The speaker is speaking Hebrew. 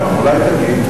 אולי תגיד?